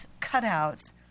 cutouts